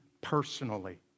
personally